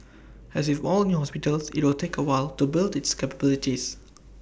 as with all new hospitals IT will take A while to build its capabilities